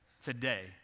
today